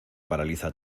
paraliza